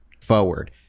forward